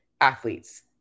athletes